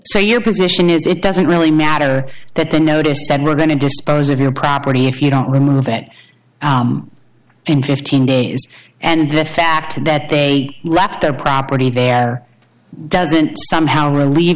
so your position is it doesn't really matter that the notice said we're going to dispose of your property if you don't remove that in fifteen days and the fact that they left their property there doesn't somehow relieve